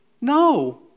no